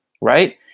right